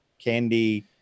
Candy